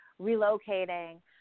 relocating